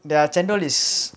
the chendol is